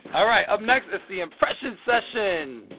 all right, up next is the impression session